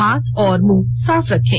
हाथ और मुंह साफ रखें